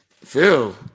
phil